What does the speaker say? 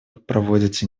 проводите